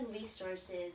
resources